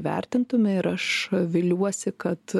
vertintume ir aš viliuosi kad